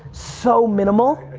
so minimal.